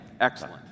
Excellent